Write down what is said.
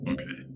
Okay